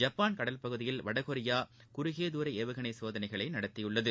Japan கடல்பகுதியில் வடகொரியா குறுகிய தூர ஏவுகணை சோதனைகளை நடத்தியுள்ளது